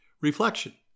Reflection